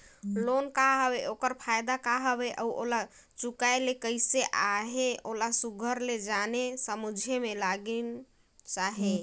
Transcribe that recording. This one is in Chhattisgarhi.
लोन का हवे ओकर फएदा का हवे अउ ओला चुकाए ले कइसे अहे ओला सुग्घर ले जाने समुझे में लगिस अहे